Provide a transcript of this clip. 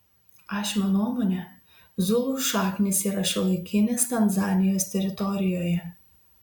ašmio nuomone zulų šaknys yra šiuolaikinės tanzanijos teritorijoje